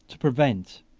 to prevent,